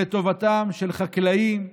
לטובתם של חקלאים מסורים,